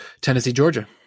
Tennessee-Georgia